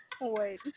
Wait